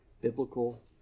biblical